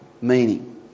meaning